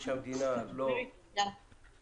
זה שהמדינה לא ------ רגע.